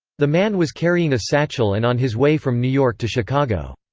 the man was carrying a satchel and on his way from new york to chicago.